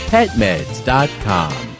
PetMeds.com